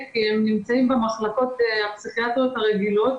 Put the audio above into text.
שמענו שעם העלייה במספרים אנחנו רואים